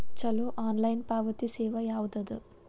ಛಲೋ ಆನ್ಲೈನ್ ಪಾವತಿ ಸೇವಾ ಯಾವ್ದದ?